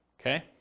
Okay